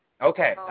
Okay